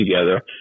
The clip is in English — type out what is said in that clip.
together